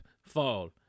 Fall